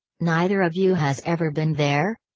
neither of you has ever been there?